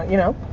you know?